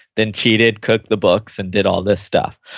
then cheated, cooked the books and did all this stuff.